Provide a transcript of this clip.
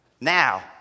Now